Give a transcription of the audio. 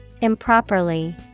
Improperly